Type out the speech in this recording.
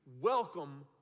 welcome